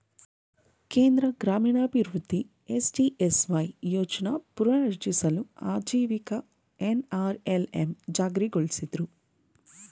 ಕೇಂದ್ರ ಗ್ರಾಮೀಣಾಭಿವೃದ್ಧಿ ಎಸ್.ಜಿ.ಎಸ್.ವೈ ಯೋಜ್ನ ಪುನರ್ರಚಿಸಿ ಆಜೀವಿಕ ಎನ್.ಅರ್.ಎಲ್.ಎಂ ಜಾರಿಗೊಳಿಸಿದ್ರು